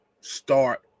start